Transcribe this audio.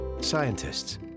scientists